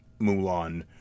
mulan